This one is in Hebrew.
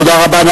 תודה רבה.